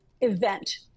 event